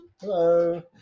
hello